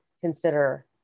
consider